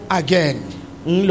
again